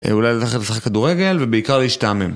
אולי נתחיל לשחק כדורגל, ובעיקר להשתעמם.